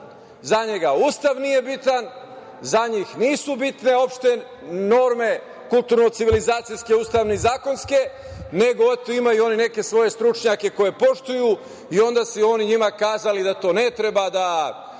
za njega Ustav nije bitan, za njih nisu bitne uopšte norme kulturno-civilizacijske, ustavne i zakonske, nego oni imaju neke svoje stručnjake koje poštuju i onda su oni njima rekli da to ne treba, da